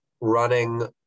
running